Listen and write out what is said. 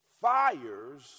Fires